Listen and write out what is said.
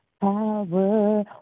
power